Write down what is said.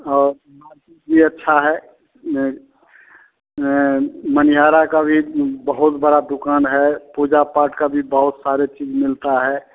और भी अच्छा है आयँ मनिहारा का भी बहुत बड़ा दुकान है पूजा पाठ का भी बहुत सारा चीज़ मिलता है